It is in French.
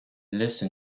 laisse